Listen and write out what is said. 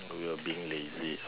when you were being lazy